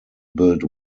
build